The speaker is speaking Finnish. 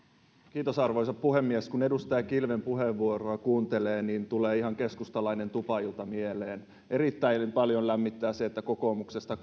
kiitos arvoisa puhemies kun edustaja kilven puheenvuoroa kuuntelee niin tulee ihan keskustalainen tupailta mieleen erittäin paljon lämmittää se että kokoomuksesta